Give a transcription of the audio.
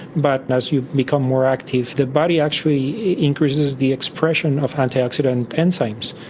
but as you become more active the body actually increases the expression of antioxidant enzymes.